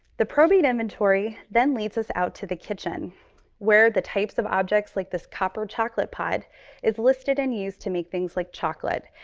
the probate inventory then leads us out to the kitchen where the types of objects like this copper chocolate pod is listed and used to make things like chocolate,